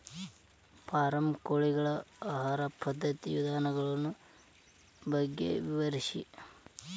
form ಕೋಳಿಗಳ ಆಹಾರ ಪದ್ಧತಿಯ ವಿಧಾನಗಳ ಬಗ್ಗೆ ವಿವರಿಸಿ